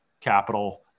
capital